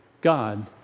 God